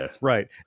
right